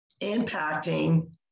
impacting